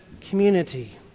community